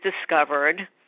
discovered